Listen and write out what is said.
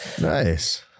nice